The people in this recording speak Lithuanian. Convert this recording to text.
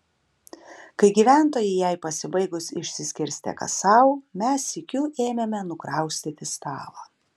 kai gyventojai jai pasibaigus išsiskirstė kas sau mes sykiu ėmėme nukraustyti stalą